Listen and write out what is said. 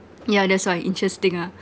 yeah that's why interesting ah